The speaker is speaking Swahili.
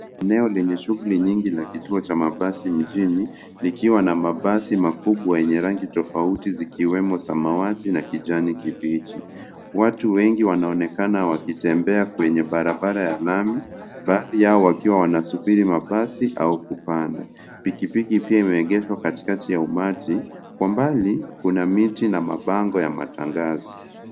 Eneo lenye shughuli nyingi la kituo cha mabasi mjini, likiwa na mabasi makubwa yenye rangi tofauti zikiwemo samawati, na kijani kibichi. Watu wengi wanaonekana wakitembea kwenye barabara ya lami, baadhi yao wakiwa wanasubiri mabasi, au kupanda. Pikipiki pia imeegeshwa katikati ya umati, kwa mbali kuna miti na mabango ya matangazo.